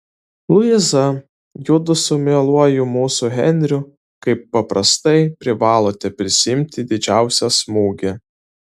luiza judu su mieluoju mūsų henriu kaip paprastai privalote prisiimti didžiausią smūgį